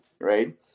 right